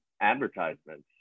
advertisements